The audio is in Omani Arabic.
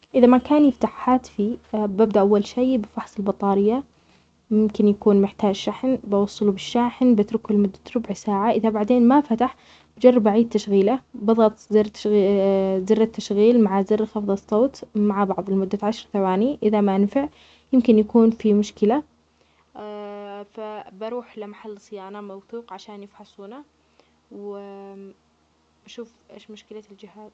إذا ما كان يفتح هاتفي ببدأ أول شي بفحص البطارية يمكن يكون محتاج الشحن ووصله بالشاحن بتركه لمدة تربع ساعة إذا بعدين لم يفتح أجرب أعيد تشغيله أظغط زر التشغيل مع زر الصوت مع بعظ لمدة عشر ثواني إذا ما نفع يمكن يكون في مشكلة بروح لمحل صيانة موثوق عشان يفحصونه وبأشوف إيش مشكلة الجهاز.